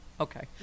Okay